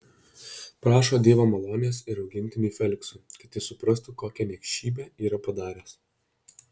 prašo dievo malonės ir augintiniui feliksui kad jis suprastų kokią niekšybę yra padaręs